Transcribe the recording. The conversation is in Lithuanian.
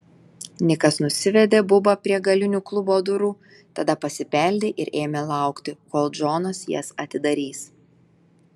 nikas nusivedė bubą prie galinių klubo durų tada pasibeldė ir ėmė laukti kol džonas jas atidarys